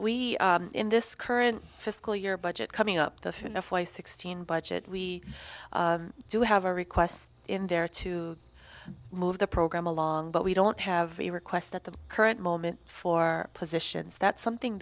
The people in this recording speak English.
we in this current fiscal year budget coming up the fin of why sixteen budget we do have a request in there to move the program along but we don't have the request that the current moment for positions that something